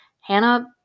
Hannah